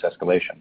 escalation